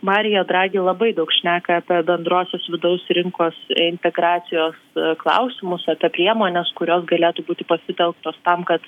marijo dragi labai daug šneka apie bendrosios vidaus rinkos integracijos klausimus apie priemones kurios galėtų būti pasitelktos tam kad